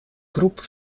групп